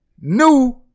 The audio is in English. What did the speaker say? new